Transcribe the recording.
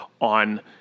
on